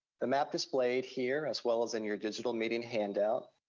the map displayed here, as well as in your digital meeting handout,